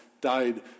died